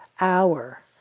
hour